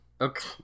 Okay